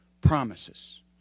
promises